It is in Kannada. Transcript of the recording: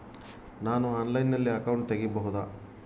ನಾನು ಆನ್ಲೈನಲ್ಲಿ ಅಕೌಂಟ್ ತೆಗಿಬಹುದಾ?